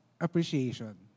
appreciation